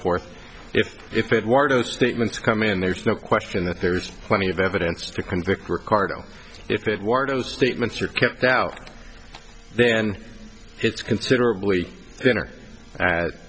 forth if if it were statements come in there's no question that there's plenty of evidence to convict ricardo if it were those statements are kept out then it's considerably thinner a